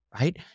right